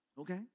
okay